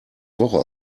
woche